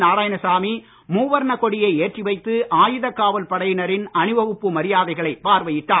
நாராயணசாமி மூவர்ண கொடியை ஏற்றி வைத்து ஆயுதக் காவல் படையினரின் அணிவகுப்பு மரியாதைகளை பார்வையிட்டார்